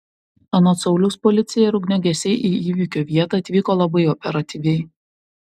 anot sauliaus policija ir ugniagesiai į įvykio vietą atvyko labai operatyviai